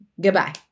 Goodbye